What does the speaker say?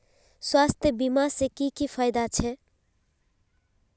स्वास्थ्य बीमा से की की फायदा छे?